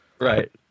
right